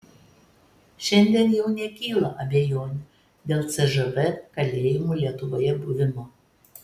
šiandien jau nekyla abejonių dėl cžv kalėjimų lietuvoje buvimo